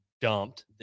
dumped